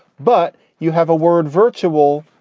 but you have a word virtual.